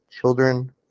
children